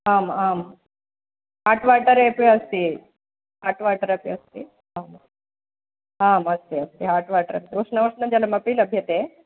आम् आम् हाट् वाटरेपि अस्ति हाट् वाटर् अपि अस्ति आमाम् आम् अस्ति अस्ति हाट् वाटर् अपि उष्ण उष्णं जलमपि लभ्यते